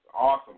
awesome